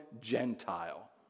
Gentile